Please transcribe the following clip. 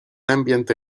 ambiente